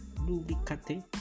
lubricate